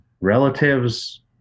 relatives